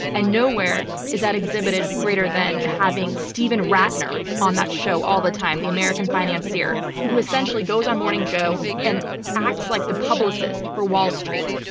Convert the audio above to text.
and nowhere is that exhibited greater than having steven rattner on that show all the time, the american financier who essentially goes on morning joe and acts like the publicist for wall street.